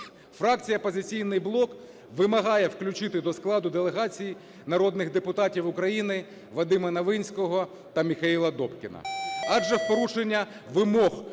Фракція "Опозиційний блок" вимагає включити до складу делегації народних депутатів України Вадима Новинського та Михайла Добкіна.